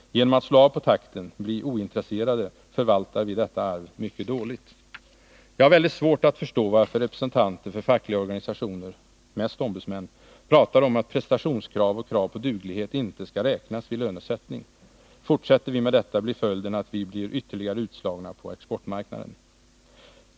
Genom att slå av på takten, bli ointresserade, förvaltar vi detta arv mycket dåligt. Jag har väldigt svårt att förstå varför representanter för fackliga organisationer, mest ombudsmän, pratar om att prestationskrav och krav på duglighet inte skall räknas vid lönesättning. Fortsätter vi med detta, blir följden att vi blir ytterligare utslagna på exportmarknaden.